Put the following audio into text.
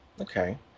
Okay